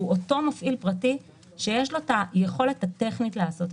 אותו מפעיל פרטי שיש לו יכולת טכנית לעשות את זה.